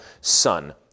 son